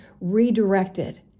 redirected